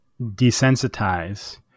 desensitize